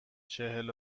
چهل